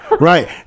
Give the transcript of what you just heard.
Right